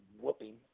whooping